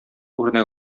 үрнәк